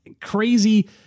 Crazy